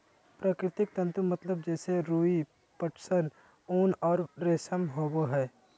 प्राकृतिक तंतु मतलब जैसे रुई, पटसन, ऊन और रेशम होबो हइ